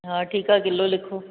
हा ठीकु आहे किलो लिखो